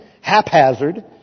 haphazard